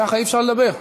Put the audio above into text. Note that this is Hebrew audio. ככה אי-אפשר לדבר.